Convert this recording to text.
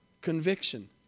conviction